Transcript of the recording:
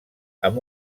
amb